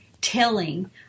telling